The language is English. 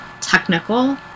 technical